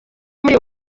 muri